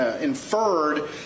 inferred